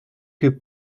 que